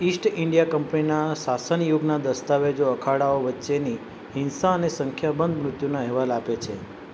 east India કંપનીના શાસન યુગના દસ્તાવેજો અખાડાઓ વચ્ચેની હિંસા અને સંખ્યાબંધ મૃત્યુના અહેવાલ આપે છે